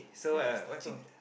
I feel like he's touching sia